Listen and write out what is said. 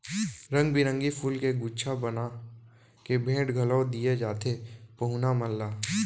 रंग बिरंगी फूल के गुच्छा बना के भेंट घलौ दिये जाथे पहुना मन ला